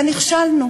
ונכשלנו,